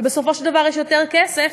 ובסופו של דבר יש יותר כסף,